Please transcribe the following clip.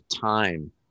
time